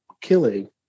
killing